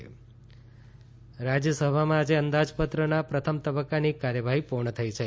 રાજ્યસભા રાજ્યસભામાં આજે અંદાજપત્રના પ્રથમ તબક્કાની કાર્યવાહી પૂર્ણ થઈ છે